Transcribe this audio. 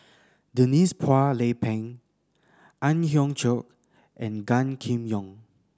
Denise Phua Lay Peng Ang Hiong Chiok and Gan Kim Yong